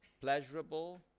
pleasurable